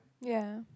yeah